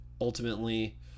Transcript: ultimately